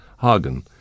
Hagen